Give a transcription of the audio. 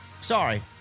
Sorry